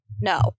No